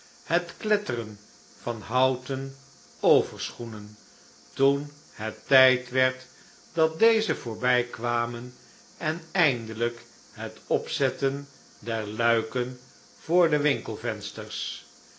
het kletteren van houten overschoenen toen het tijd werd dat deze voorbijkwamen en eindelijk het opzetten der luiken voor de